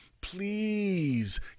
Please